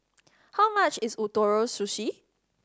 how much is Ootoro Sushi